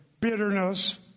bitterness